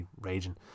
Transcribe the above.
raging